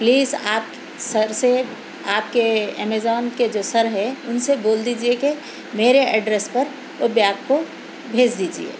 please آپ sir سے آپ کے امازون کے جو سر ہیں اُن سے بول دیجئے کہ میرے ایڈرس پر وہ بیگ کو بھیج دیجئے